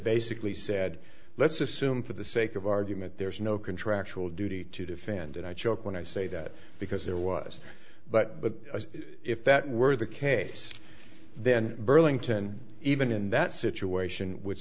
basically said let's assume for the sake of argument there's no contractual duty to defend and i choke when i say that because there was but if that were the case then burlington even in that situation w